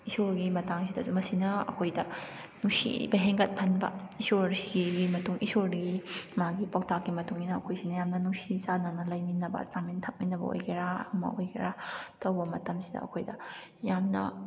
ꯏꯁꯣꯔꯒꯤ ꯃꯇꯥꯡꯁꯤꯗꯁꯨ ꯃꯁꯤꯅ ꯑꯩꯈꯣꯏꯗ ꯅꯨꯡꯁꯤꯕ ꯍꯦꯟꯒꯠꯍꯟꯕ ꯏꯁꯣꯔꯁꯤꯒꯤ ꯃꯇꯨꯡ ꯏꯁꯣꯔꯗꯤ ꯃꯥꯒꯤ ꯄꯧꯇꯥꯛꯀꯤ ꯃꯇꯨꯡ ꯏꯟꯅ ꯑꯩꯈꯣꯏꯁꯤꯅ ꯌꯥꯝꯅ ꯅꯨꯡꯁꯤ ꯆꯥꯅꯅ ꯂꯩꯃꯤꯟꯅꯕ ꯆꯥꯃꯤꯟ ꯊꯛꯃꯤꯟꯅꯕ ꯑꯣꯏꯒꯦꯔꯥ ꯑꯃ ꯑꯣꯏꯒꯦꯔꯥ ꯇꯧꯕ ꯃꯇꯝꯁꯤꯗ ꯑꯩꯈꯣꯏꯗ ꯌꯥꯝꯅ